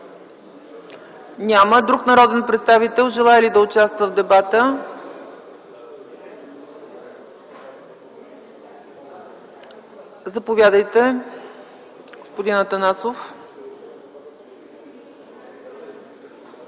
ли друг народен представител да участва в дебата? Заповядайте, господин Атанасов.